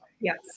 Yes